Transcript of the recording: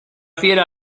fiera